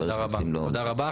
תודה רבה.